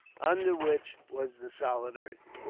under which was the solid earth.